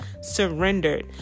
surrendered